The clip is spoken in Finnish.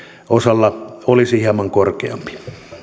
osalla olisi hieman korkeampi